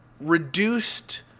reduced